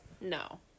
No